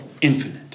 Infinite